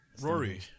Rory